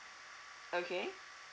okay